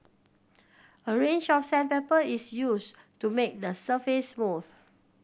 a range of sandpaper is used to make the surface smooth